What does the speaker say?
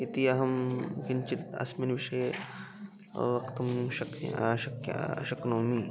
इति अहं किञ्चित् अस्मिन् विषये वक्तुं शक्यः शक्यः शक्नोमि